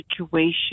situation